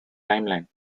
timeline